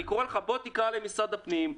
אני קורא לך בוא תקרא למשרד הפנים,